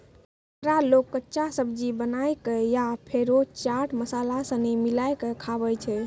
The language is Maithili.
एकरा लोग कच्चा, सब्जी बनाए कय या फेरो चाट मसाला सनी मिलाकय खाबै छै